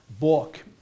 book